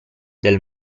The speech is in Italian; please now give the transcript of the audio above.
del